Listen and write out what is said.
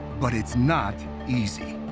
but it's not easy.